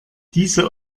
diese